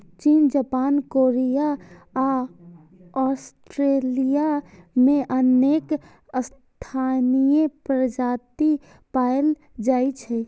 चीन, Japan, Korea आ Australia मे अनेक स्थानीय प्रजाति पाएल जाइ छै